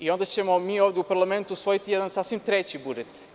I onda ćemo mi ovde u parlamentu usvojiti sasvim treći budžet.